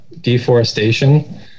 deforestation